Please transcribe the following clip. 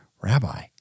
Rabbi